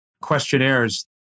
questionnaires